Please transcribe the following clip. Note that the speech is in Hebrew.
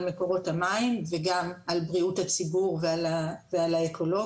מקורות המים וגם על בריאות הציבור ועל האקולוגיה.